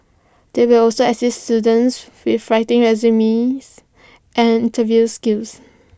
they will also assist students with writing resumes and interview skills